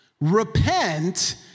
Repent